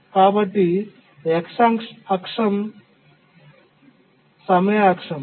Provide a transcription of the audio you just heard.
కాబట్టి x అక్షం సమయ అక్షం